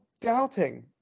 doubting